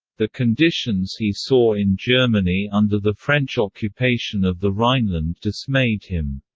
the conditions he saw in germany under the french occupation of the rhineland dismayed him.